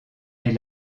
est